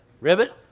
Ribbit